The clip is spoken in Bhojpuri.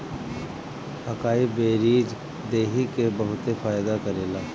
अकाई बेरीज देहि के बहुते फायदा करेला